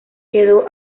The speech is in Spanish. quedó